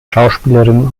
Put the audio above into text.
schauspielerin